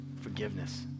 forgiveness